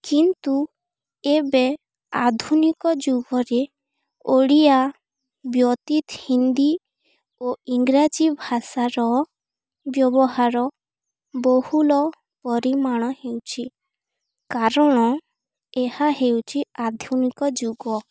କିନ୍ତୁ ଏବେ ଆଧୁନିକ ଯୁଗରେ ଓଡ଼ିଆ ବ୍ୟତୀତ ହିନ୍ଦୀ ଓ ଇଂରାଜୀ ଭାଷାର ବ୍ୟବହାର ବହୁଳ ପରିମାଣ ହେଉଛି କାରଣ ଏହା ହେଉଛି ଆଧୁନିକ ଯୁଗ